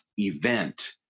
event